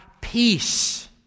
peace